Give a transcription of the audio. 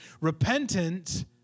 Repentance